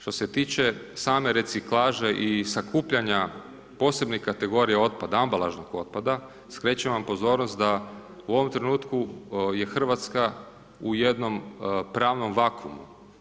Što se tiče same reciklaže i sakupljanja posebnih kategorija otpada, ambalažnog otpada, skrećem vam pozornost da u ovom trenutku je RH u jednom pravnom vakumu.